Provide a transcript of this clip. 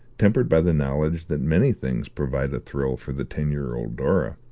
tempered by the knowledge that many things provided a thrill for the ten-year-old dora,